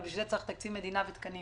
אבל בשביל זה היה צריך תקציב מדינה ותקנים.